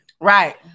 right